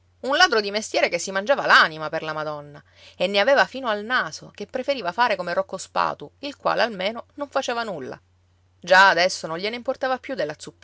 un ladro di mestiere che si mangiava l'anima per la madonna e ne aveva fino al naso che preferiva fare come rocco spatu il quale almeno non faceva nulla già adesso non gliene importava più della